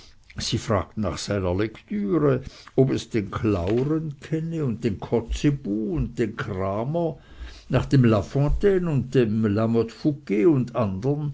sie fragten nach seiner lektüre ob es den clauren kenne und den kotzebue und den cramer nach dem lafontaine und dem la